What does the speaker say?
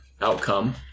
outcome